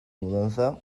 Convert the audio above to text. mudanza